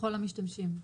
לכל המשתמשים.